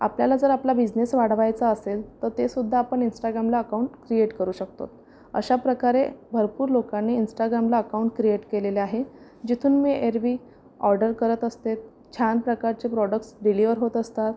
आपल्याला जर आपला बिझनेस वाढवायचा असेल तर ते सुद्धा आपण इन्स्टागामला अकाऊंट क्रिएट करू शकतो अशाप्रकारे भरपूर लोकांनी इन्स्टागामला अकाऊंट क्रिएट केलेले आहे जिथून मी एरवी ऑर्डर करत असते छान प्रकारचे प्रॉडक्स डिलिवर होत असतात